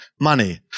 money